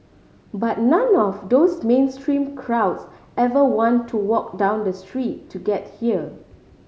but none of those mainstream crowds ever want to walk down the street to get here